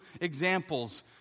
examples